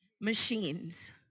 machines